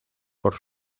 por